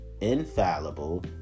infallible